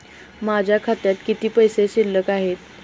माझ्या खात्यात किती पैसे शिल्लक आहेत?